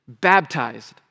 baptized